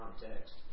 context